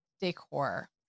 decor